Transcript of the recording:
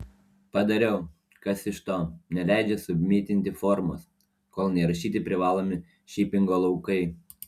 padariau kas iš to neleidžia submitinti formos kol neįrašyti privalomi šipingo laukai